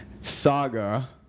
saga